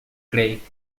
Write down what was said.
craig